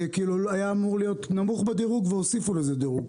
היה אמור להיות נמוך בדירוג והוסיפו לזה דירוג.